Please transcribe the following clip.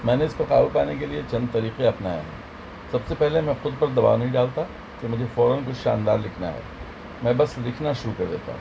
میں نے اس پہ قابو پانے کے لیے چند طریقے اپنائے ہیں سب سے پہلے میں خود پر دباؤ نہیں ڈالتا کہ مجھے فوراً کچھ شاندار لکھنا ہے میں بس لکھنا شروع کر دیتا ہوں